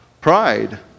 pride